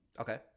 Okay